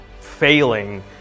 failing